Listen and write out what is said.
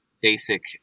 basic